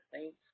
thanks